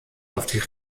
auf